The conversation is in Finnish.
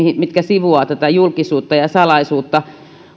mitkä sivuavat julkisuutta ja salaisuutta